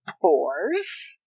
pores